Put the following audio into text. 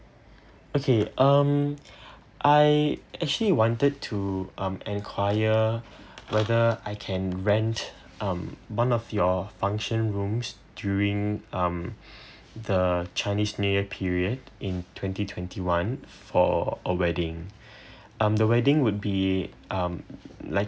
okay um I actually wanted to um inquire whether I can rent um one of your function rooms during um the chinese new year period in twenty twenty one for a wedding um the wedding would be um like